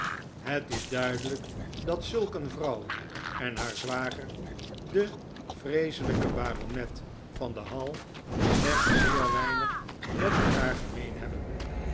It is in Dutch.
het is duidelijk dat zulk een vrouw en haar zwager de vreeselijke baronet van de hall slechts zeer weinig met elkaar gemeen hebben